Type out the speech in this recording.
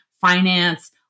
finance